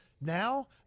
now